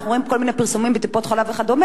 אנחנו רואים כל מיני פרסומים בטיפות-חלב וכדומה,